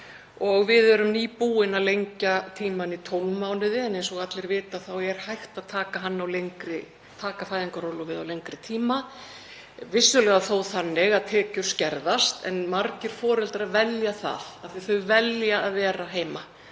Við erum nýbúin að lengja tímann í 12 mánuði en eins og allir vita er hægt að taka fæðingarorlofið á lengri tíma, vissulega þó þannig að tekjur skerðast, en margir foreldrar velja það af því að þau velja að vera heima